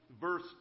verse